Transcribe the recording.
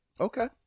Okay